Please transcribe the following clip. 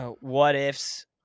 what-ifs